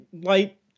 light